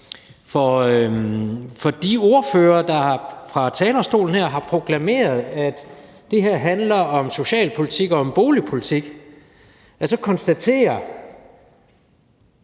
for de ordførere, der fra talerstolen her har proklameret, at det her handler om socialpolitik og om boligpolitik, når man så kan konstatere,